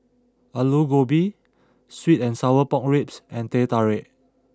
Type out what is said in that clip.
Aloo Gobi Sweet and Sour Pork Ribs and Teh Tarik